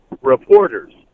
reporters